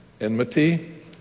enmity